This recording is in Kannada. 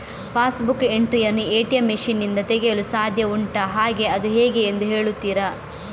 ಪಾಸ್ ಬುಕ್ ಎಂಟ್ರಿ ಯನ್ನು ಎ.ಟಿ.ಎಂ ಮಷೀನ್ ನಿಂದ ತೆಗೆಯಲು ಸಾಧ್ಯ ಉಂಟಾ ಹಾಗೆ ಅದು ಹೇಗೆ ಎಂದು ಹೇಳುತ್ತೀರಾ?